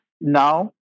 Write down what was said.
now